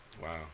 Wow